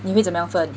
你会怎么样分